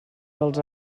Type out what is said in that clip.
dels